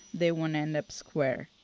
they won't end up square.